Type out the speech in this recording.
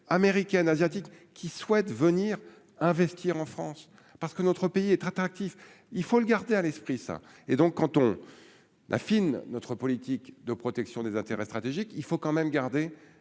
américaines asiatiques qui souhaitent venir investir en France parce que notre pays est très attractif, il faut le garder à l'esprit ça et donc quand on. La fin notre politique de protection des intérêts stratégiques, il faut quand même garder